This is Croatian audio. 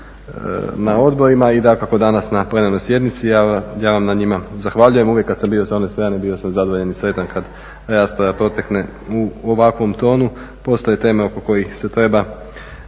na odborima i dakako danas na plenarnoj sjednici a ja vam na njima zahvaljujem. Uvijek kada sam bio s one strane bio sam zadovoljan i sretan kada rasprava protekne u ovakvom tonu. Postoje teme oko kojih se treba